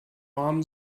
rahm